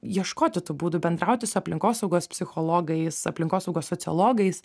ieškoti tų būdų bendrauti su aplinkosaugos psichologais aplinkosaugos sociologais